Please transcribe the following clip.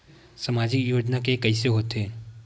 सामाजिक योजना के कइसे होथे?